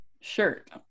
shirt